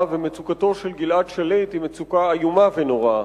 ומצוקתו של גלעד שליט היא מצוקה איומה ונוראה.